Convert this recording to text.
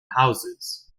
houses